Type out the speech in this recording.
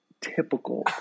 typical